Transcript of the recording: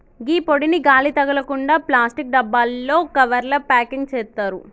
గీ పొడిని గాలి తగలకుండ ప్లాస్టిక్ డబ్బాలలో, కవర్లల ప్యాకింగ్ సేత్తారు